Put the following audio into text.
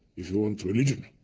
if you want, religion,